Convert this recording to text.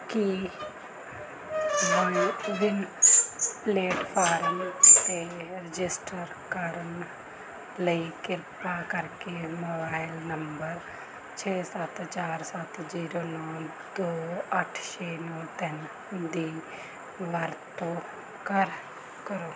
ਕੀ CoWIN platform 'ਤੇ register ਕਰਨ ਲਈ ਕਿਰਪਾ ਕਰਕੇ ਮੋਬਾਈਲ ਨੰਬਰ ਛੇ ਸੱਤ ਚਾਰ ਸੱਤ ਜ਼ੀਰੋ ਨੌ ਦੋ ਅੱਠ ਛੇ ਨੌ ਤਿੰਨ ਦੀ ਵਰਤੋਂ ਕਰ ਕਰੋ